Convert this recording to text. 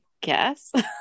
guess